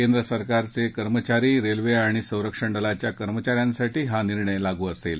केंद्र सरकारचे कर्मचारी रेल्वे आणि संरक्षण दलांच्या कर्मचाऱ्यांसाठी हा निर्णय लागू असेल